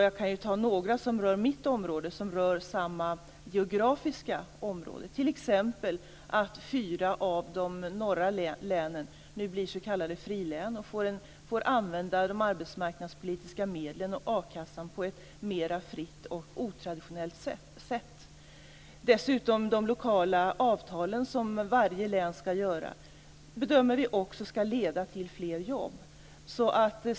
Jag kan ta några exempel från mitt område som rör samma geografiska område, t.ex. att fyra av de nordliga länen nu blir s.k. frilän och får använda de arbetsmarknadspolitiska medlen och a-kassan på ett mera fritt och otraditionellt sätt. Dessutom bedömer vi att de lokala avtalen, som varje län skall göra, kommer att leda till fler jobb.